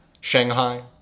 Shanghai